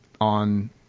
on